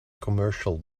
commercial